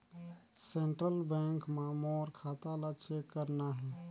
Central bank मां मोर खाता ला चेक करना हे?